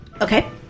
Okay